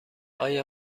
آیا